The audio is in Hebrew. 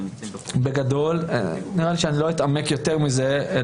אני לא אתעמק יותר מזה.